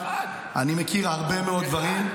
אני מכיר הרבה מאוד דברים,